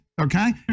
okay